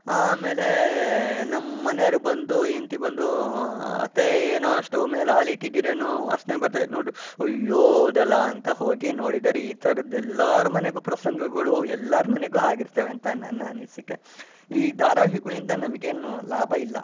ಆಮೇಲೆ ನಮ್ಮನೆಯವರು ಬಂದು ಹೆಂಡತಿ ಬಂದು ಅತ್ತೆ ಏನೋ ಸ್ಟೌವ್ ಮೇಲೆ ಹಾಲಿಟ್ಟಿದ್ದಿರೇನೋ ವಾಸನೆ ಬರ್ತೈತೆ ನೋಡ್ರಿ ಅಯ್ಯೋ ಹೌದಲ್ಲ ಅಂತ ಹೋಗಿ ನೋಡಿದ್ದಾರೆ ಈ ಥರದ್ದೆಲ್ಲರ ಮನೆಗೂ ಪ್ರಸಂಗಗಳು ಎಲ್ಲರ ಮನೆಗೂ ಆಗಿರ್ತವೆ ಅಂತ ನನ್ನನಿಸಿಕೆ ಈ ಧಾರವಾಹಿಗಳಿಂದ ನಮಗೇನು ಲಾಭ ಇಲ್ಲ